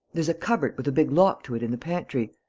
there's a cupboard with a big lock to it in the pantry.